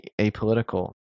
apolitical